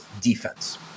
defense